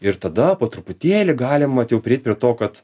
ir tada po truputėlį galima vat jau prieiti prie to kad